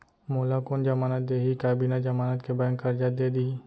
मोला कोन जमानत देहि का बिना जमानत के बैंक करजा दे दिही?